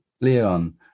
Leon